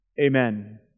Amen